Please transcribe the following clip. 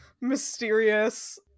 mysterious